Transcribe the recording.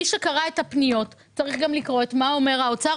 מי שקרא את הפניות צריך לקרוא גם מה אומר האוצר,